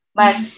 mas